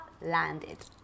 landed